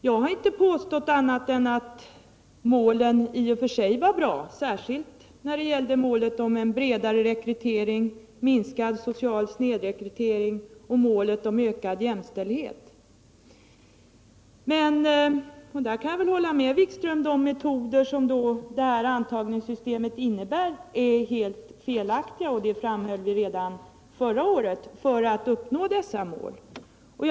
Jag har inte påstått annat än att målen i och för sig är bra, särskilt målet att få till stånd en breddning av rekryteringen, en minskning av den sociala snedrekryteringen och en större jämställdhet. Jag kan hålla med Jan-Erik Wikström om att de metoder som antagningssystemet förutsätter är helt felaktiga när det gäller att uppnå det här målet, och det framhöll vi redan förra året.